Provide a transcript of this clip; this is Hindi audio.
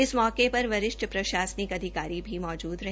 इस मौके पर वरिष्ठ प्रशासनिक अधिकारी भी मौजूद रहे